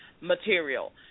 material